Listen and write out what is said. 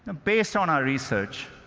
ah based on our research,